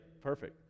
Perfect